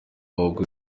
ahubwo